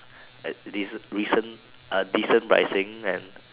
and de recent uh decent pricing and